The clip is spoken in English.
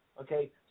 Okay